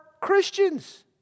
Christians